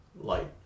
light